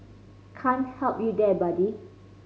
can't help you there buddy